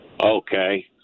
Okay